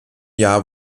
jahr